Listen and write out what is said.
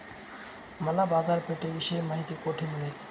मला बाजारपेठेविषयी माहिती कोठे मिळेल?